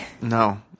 No